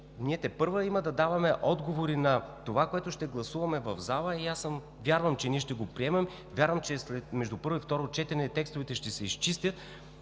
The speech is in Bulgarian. ние тепърва има да даваме отговори на това, което ще гласуваме в залата. Вярвам, че ние ще го приемем, вярвам, че между първо и второ четене текстовете ще се изчистят.